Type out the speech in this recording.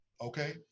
Okay